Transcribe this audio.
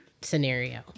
scenario